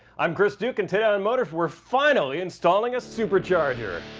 i'm chris duke and today on and motorz we're finally installing a supercharger!